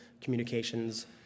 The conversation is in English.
communications